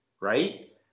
Right